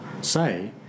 say –